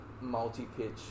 multi-pitch